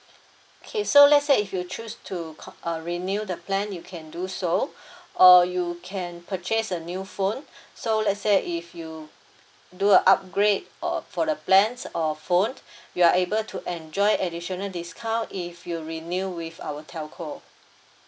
okay so let's say if you choose to ca~ uh renew the plan you can do so or you can purchase a new phone so let's say if you do a upgrade or for the plans or phone you are able to enjoy additional discount if you renew with our telco